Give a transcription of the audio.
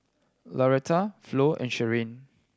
Lauretta Flo and Sherlyn